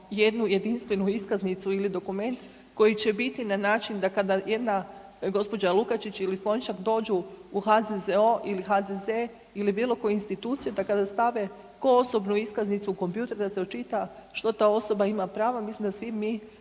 jedinstvenu iskaznicu ili dokument koji će biti na način da kada jedna gđa. Lukačić ili Slonjšak dođu u HZZO ili HZZ ili bilo koju instituciju da kada stave ko osobnu iskaznicu u kompjuter da se očita što ta osoba ima prava, mislim da svi mi